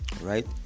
right